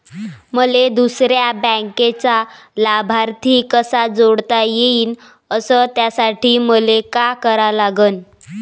मले दुसऱ्या बँकेचा लाभार्थी कसा जोडता येईन, अस त्यासाठी मले का करा लागन?